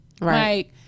Right